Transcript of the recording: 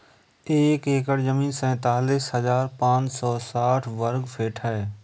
एक एकड़ जमीन तैंतालीस हजार पांच सौ साठ वर्ग फुट है